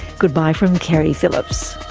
goodbye from keri phillips